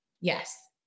Yes